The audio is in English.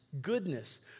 goodness